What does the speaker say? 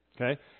Okay